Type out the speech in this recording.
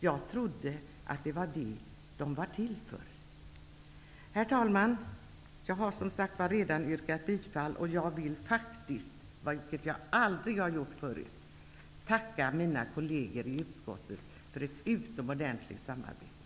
Jag trodde att det var det som den var till för. Herr talman! Jag har redan yrkat bifall till utskottets hemställan. Jag vill faktiskt också, vilket jag aldrig har gjort förut, tacka mina kolleger i utskottet för ett utomordentligt samarbete.